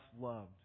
loved